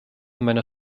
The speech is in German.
meiner